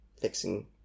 fixing